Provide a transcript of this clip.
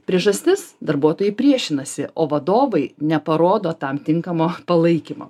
priežastis darbuotojai priešinasi o vadovai neparodo tam tinkamo palaikymo